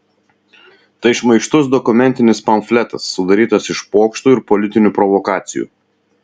tai šmaikštus dokumentinis pamfletas sudarytas iš pokštų ir politinių provokacijų